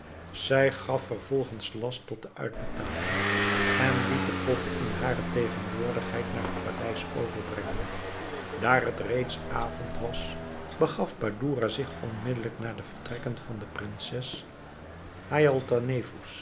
zij gaf vervolgens last tot de uitbetaling en liet de potten in hare tegenwoordigheid naar het paleis overbrengen daar het reeds avond werd begaf badoura zich onmiddelijk naar de vertrekken van de prinses